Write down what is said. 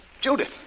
Judith